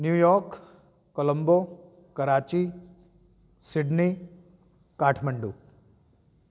New York Colombo Karachi Sydney Kathmandu